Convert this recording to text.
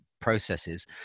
processes